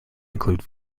include